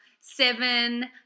seven